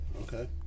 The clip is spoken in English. okay